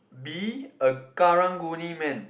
be a karang guni man